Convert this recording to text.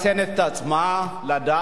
מרסנת את עצמה לדעת,